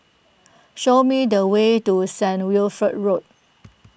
show me the way to Saint Wilfred Road